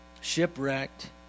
shipwrecked